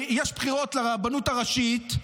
יש בחירות לרבנות הראשית,